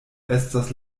estas